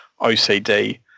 OCD